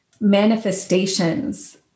manifestations